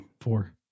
Four